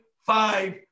five